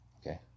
okay